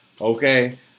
Okay